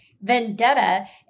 vendetta